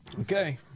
Okay